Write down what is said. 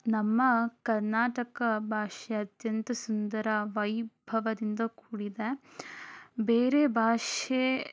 ನಮ್ಮ ಕರ್ನಾಟಕ ಭಾಷೆ ಅತ್ಯಂತ ಸುಂದರ ವೈಭವದಿಂದ ಕೂಡಿದೆ ಬೇರೆ ಭಾಷೆ